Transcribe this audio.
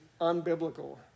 unbiblical